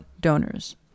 donors